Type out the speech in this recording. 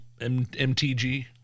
MTG